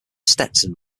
stetson